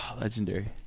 Legendary